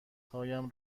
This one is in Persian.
هایم